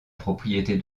propriété